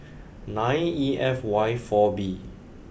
nine E F Y four B